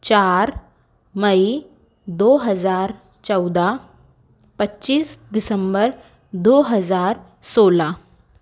चार मई दो हज़ार चौदह पच्चीस दिसम्बर दो हज़ार सोलह